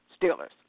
Steelers